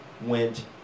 went